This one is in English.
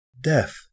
death